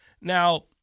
Now